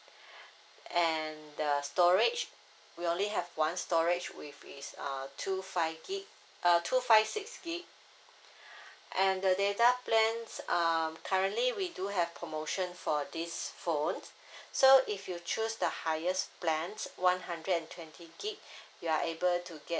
and the storage we only have one storage which is uh two five G_B uh two five six G_B and the data plans um currently we do have promotion for this phone so if you choose the highest plans one hundred and twenty G_B you're able to get